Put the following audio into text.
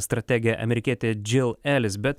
strategė amerikietė džil elis bet